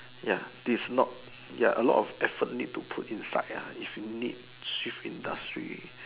ya this is not ya a lot of effort need to put inside lah if you need shift industry